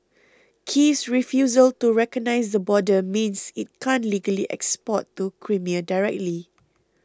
Kiev's refusal to recognise the border means it can't legally export to Crimea directly